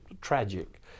tragic